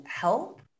help